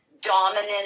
dominant